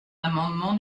l’amendement